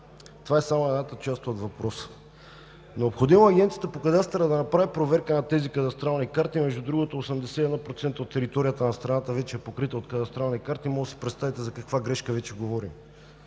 Това е само едната част от въпроса. Необходимо е Агенцията по кадастър да направи проверка на тези кадастрални карти. Между другото, 81% от територията на страната вече е покрита от кадастрални карти – можете да си представите за каква грешка говорим.